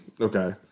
Okay